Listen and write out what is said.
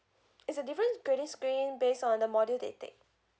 it's a different grading scheme based on the module they take